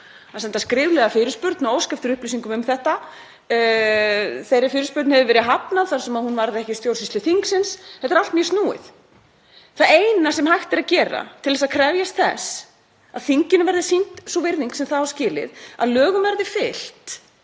að senda skriflega fyrirspurn og óska eftir upplýsingum um þetta. Þeirri fyrirspurn hefur verið hafnað þar sem hún varðaði ekki stjórnsýslu þingsins. Þetta er allt mjög snúið. Það eina sem hægt er að gera til að krefjist þess að þinginu verði sýnd sú virðing sem það á skilið, að lögum verði fylgt